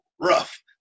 rough